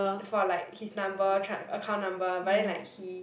for like his number tr~ account number but then like he